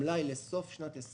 המלאי לסוף שנת 20